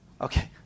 Okay